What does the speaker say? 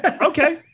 Okay